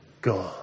God